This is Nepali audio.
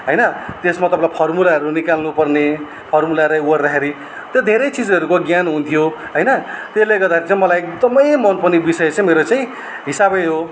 होइन त्यसमा तपाईँले फर्मुलाहरू निकाल्नु पर्ने फर्मुलाले उ गर्दाखेरि त्यो धेरै चिजहरूको ज्ञान हुन्थ्यो होइन त्यसले गर्दाखेरि चाहिँ मलाई एकदमै मन पर्ने विषय चाहिँ मेरो चाहिँ हिसाबै हो